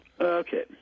Okay